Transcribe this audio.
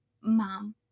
mom